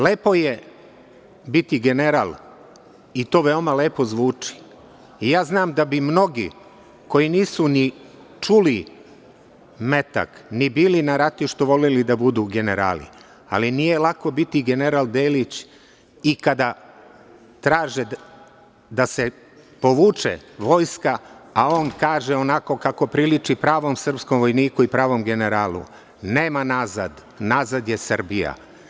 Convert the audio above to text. Lepo je biti general i to veoma lepo zvuči i ja znam da bi mnogi koji nisu ni čuli metak, ni bili na ratištu, voleli da budu generali, ali nije lako biti general Delić i kada traže da se povuče vojska, a on kaže onako kako priliči pravom srpskom vojniku i pravom generalu: „Nema nazad, nazad je Srbija“